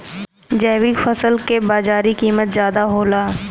जैविक फसल क बाजारी कीमत ज्यादा होला